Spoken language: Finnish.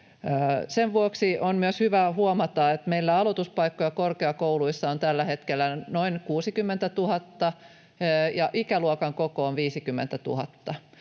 Sen vuoksi on myös hyvä huomata, että meillä aloituspaikkoja korkeakouluissa on tällä hetkellä noin 60 000 ja ikäluokan koko on 50 000.